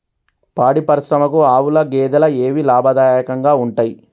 పాడి పరిశ్రమకు ఆవుల, గేదెల ఏవి లాభదాయకంగా ఉంటయ్?